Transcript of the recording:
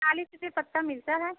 चालीस रुपये पत्ता मिलता है